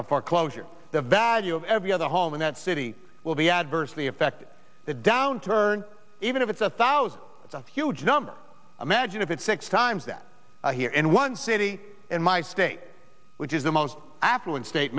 of foreclosure the value of every other home in that city will be adversely affected the downturn even if it's a thousand of huge number i magine of it six times that here in one city in my state which is the most affluent state